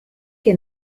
che